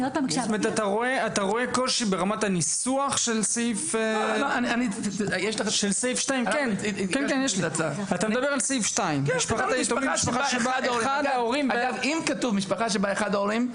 אתה מדבר על סעיף 2. אם כתוב משפחה שבה אחד ההורים,